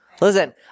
Listen